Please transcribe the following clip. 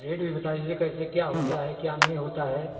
rate भी बता दीजिए कैसे क्या होता है क्या नहीं होता है